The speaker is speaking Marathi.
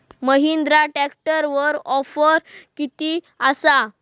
महिंद्रा ट्रॅकटरवर ऑफर किती आसा?